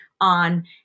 on